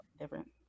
Different